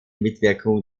mitwirkung